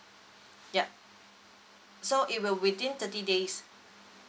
yup so it will within thirty days